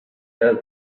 does